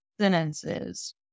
sentences